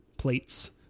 plates